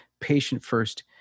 patient-first